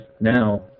now